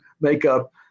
makeup